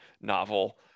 novel